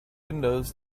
windows